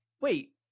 Wait